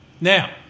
Now